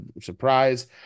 surprise